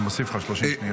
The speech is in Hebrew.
מוסיף לך 30 שניות.